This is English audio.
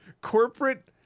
corporate